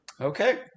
okay